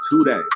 today